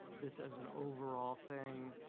this as an overall thing,